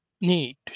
need